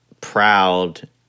proud